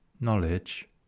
Knowledge